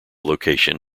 location